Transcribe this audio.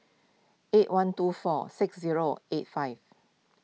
eight one two four six zero eight five